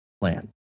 plan